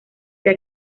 sea